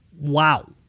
wow